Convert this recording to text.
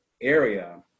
area